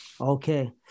Okay